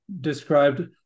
described